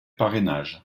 parrainage